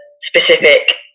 specific